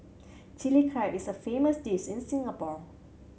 Chilli Crab is a famous dish in Singapore